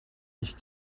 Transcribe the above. ich